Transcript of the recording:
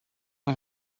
was